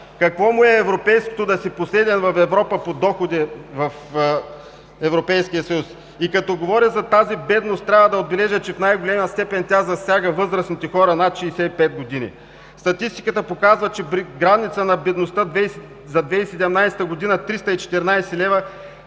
Какво му е европейското – да си последен по доходи в Европейския съюз?! И като говоря за тази бедност, трябва да отбележа, че в най-голяма степен тя засяга възрастните хора над 65 г. Статистиката показва, че при граница на бедността за 2017 г. 314 лв.,